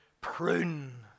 prune